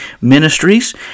Ministries